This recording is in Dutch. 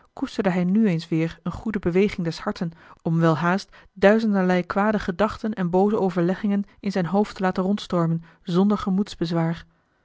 hij nu eens weêr eene goede beweging des harten om welhaast duizenderlei kwade gedachten en booze overleggingen in zijn hoofd te laten rondstormen zonder